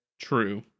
True